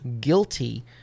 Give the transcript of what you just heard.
guilty